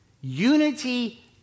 Unity